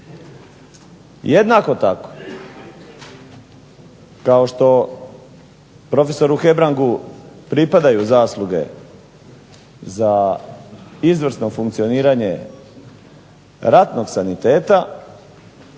jednako tako kao što prof. Hebrangu pripadaju zasluge za izvrsno funkcioniranje ratnog saniteta,